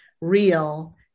real